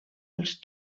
els